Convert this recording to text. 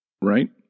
right